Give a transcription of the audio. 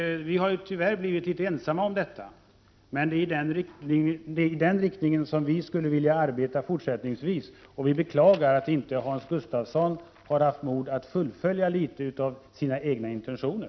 Vi har tyvärr blivit ensamma om detta, men det är i den riktningen som vi skulle vilja arbeta fortsättningsvis. Vi beklagar att Hans Gustafsson inte haft mod att fullfölja litet av sina egna intentioner.